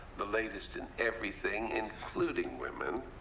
the latest in everything, including women.